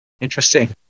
Interesting